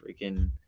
freaking –